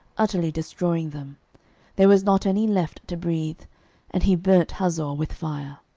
utterly destroying them there was not any left to breathe and he burnt hazor with fire.